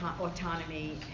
autonomy